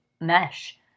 mesh